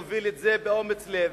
הוביל את זה באומץ לב,